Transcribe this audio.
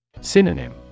Synonym